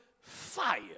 fire